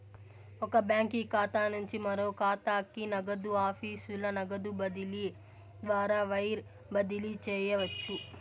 ఒక బాంకీ ఖాతా నుంచి మరో కాతాకి, నగదు ఆఫీసుల నగదు బదిలీ ద్వారా వైర్ బదిలీ చేయవచ్చు